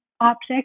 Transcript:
object